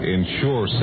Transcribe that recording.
Ensure